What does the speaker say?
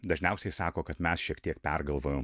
dažniausiai sako kad mes šiek tiek pergalvojom